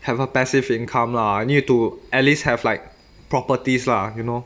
have a passive income lah I need to at least have like properties lah you know